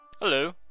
Hello